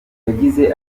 yagize